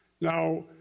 Now